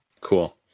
Cool